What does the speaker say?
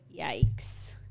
Yikes